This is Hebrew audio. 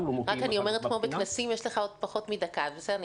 אז אם